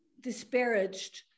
disparaged